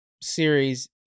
series